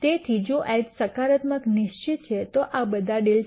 તેથી જો એચ સકારાત્મક નિશ્ચિત છે તો આ બધા δ